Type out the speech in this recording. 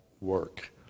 work